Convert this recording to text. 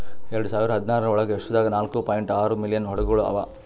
ಎರಡು ಸಾವಿರ ಹದಿನಾರರ ಒಳಗ್ ವಿಶ್ವದಾಗ್ ನಾಲ್ಕೂ ಪಾಯಿಂಟ್ ಆರೂ ಮಿಲಿಯನ್ ಹಡಗುಗೊಳ್ ಅವಾ